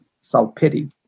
self-pity